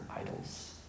idols